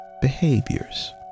behaviors